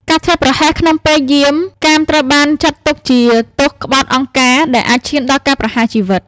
ការធ្វេសប្រហែសក្នុងពេលយាមកាម ត្រូវបានចាត់ទុកថាជាទោសក្បត់អង្គការដែលអាចឈានដល់ការប្រហារជីវិត។